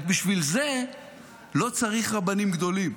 רק שבשביל זה לא צריך רבנים גדולים.